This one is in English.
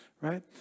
Right